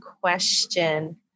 question